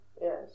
Yes